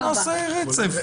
להצביע.